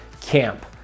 Camp